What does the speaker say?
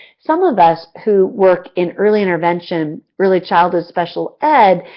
some of us who work in early intervention, early childhood special ed.